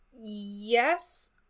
Yes